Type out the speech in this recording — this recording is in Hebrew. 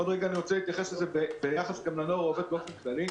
עוד רגע אני רוצה להתייחס לזה גם ביחס לנוער העובד והלומד באופן כללי.